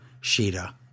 Sheeta